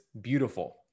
beautiful